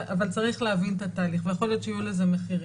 אבל צריך להבין את התהליך ויכול להיות שיהיו לזה מחירים.